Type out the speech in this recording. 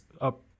up